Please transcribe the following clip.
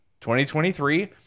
2023